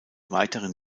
weiteren